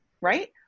right